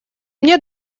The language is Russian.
мне